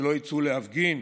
שלא יצאו להפגין?